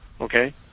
okay